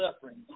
suffering